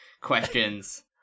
questions